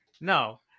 no